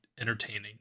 entertaining